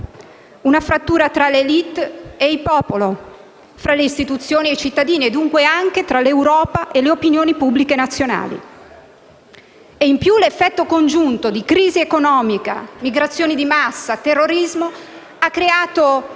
una frattura fra le *élite* e il popolo, fra le istituzioni e i cittadini e dunque anche fra l'Europa e le opinioni pubbliche nazionali. In più, l'effetto congiunto di crisi economica, migrazioni di massa e terrorismo ha creato